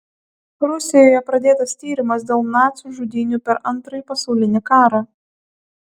rusijoje pradėtas tyrimas dėl nacių žudynių per antrąjį pasaulinį karą